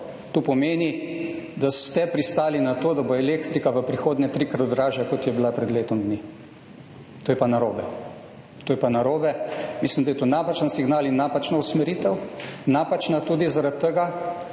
to pomeni, da ste pristali na to, da bo elektrika v prihodnje trikrat dražja, kot je bila pred letom dni. To je pa narobe. To je pa narobe. Mislim, da je to napačen signal in napačna usmeritev. Napačna tudi zaradi tega,